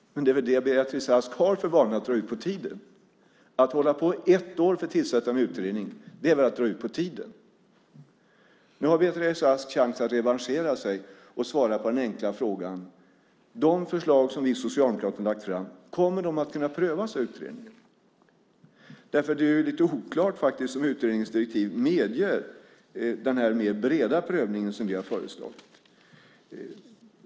Men det är väl det som Beatrice Ask har, nämligen för vana att dra ut på tiden? Att hålla på ett år för att tillsätta en utredning är väl att dra ut på tiden. Nu har Beatrice Ask chansen att revanschera sig och svara på den enkla frågan: Kommer de förslag som vi socialdemokrater har lagt fram att kunna prövas av utredningen? Det är faktiskt lite oklart om utredningsdirektiven medger den mer breda prövning som vi har föreslagit.